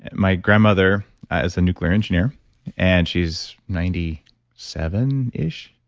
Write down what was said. my grandmother is a nuclear engineer and she's ninety seven ish,